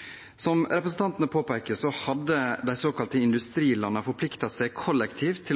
å